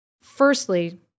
firstly